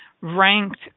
ranked